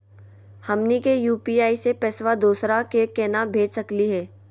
हमनी के यू.पी.आई स पैसवा दोसरा क केना भेज सकली हे?